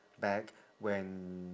back when